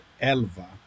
ELVA